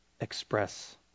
express